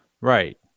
Right